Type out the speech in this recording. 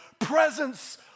Presence